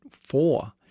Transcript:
four